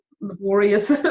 laborious